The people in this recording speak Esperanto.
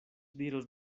diros